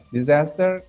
disaster